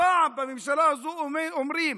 הפעם בממשלה הזו, אומרים: